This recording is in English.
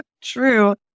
True